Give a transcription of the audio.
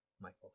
Michael